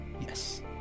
Yes